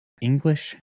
English